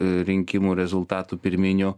rinkimų rezultatų pirminių